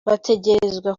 bategerezwa